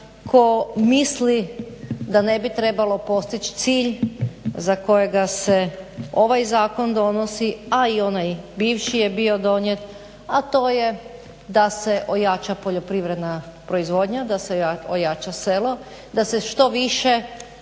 tko misli da ne bi trebalo postići cilj za kojega se ovaj zakon donosi a i onaj bivši je bio donijet, a to je da se ojača poljoprivredna proizvodnja. Da se ojača selo, da se što više